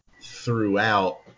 throughout